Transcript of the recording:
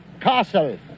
castle